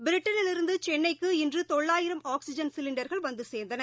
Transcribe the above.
பிரிட்டனிலிருந்துசென்னைக்கு இன்றுதொள்ளாயிரம் ஆக்சிஜன் சிலிண்டர்கள் வந்துசேர்ந்தன